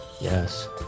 Yes